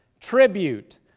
tribute